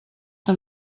que